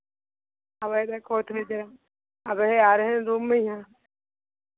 हाँ वे दे कोर्ट में देब अबहे आ रहे रूम में हियाँ